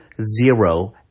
zero